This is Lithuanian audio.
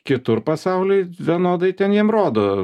kitur pasauly vienodai ten jiem rodo